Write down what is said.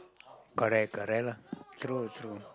correct correct lah true true